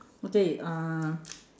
okay uh